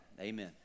Amen